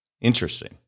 Interesting